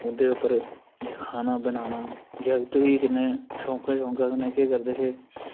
ते ओह्दे पर खाना बनाना जागत् बी कन्नै शौक शौक कन्नै केह् करदे हे